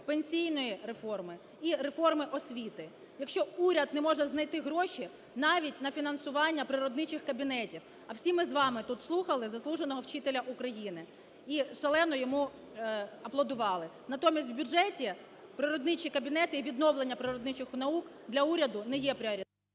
пенсійної реформи і реформи освіти. Якщо уряд не може знайти гроші навіть на фінансування природничих кабінетів, а всі ми з вами тут слухали заслуженого вчителя України і шалено йому аплодували, натомість, в бюджеті природничі кабінети і відновлення природничих наук для уряду не є пріоритетним…